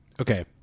Okay